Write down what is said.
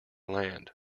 land